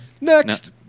Next